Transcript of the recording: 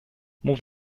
move